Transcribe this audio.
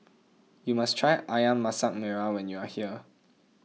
you must try Ayam Masak Merah when you are here